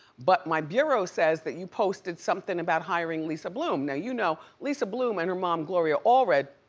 but my bureau says that you posted something about hiring lisa bloom. now you know, lisa bloom and her mom, gloria allred,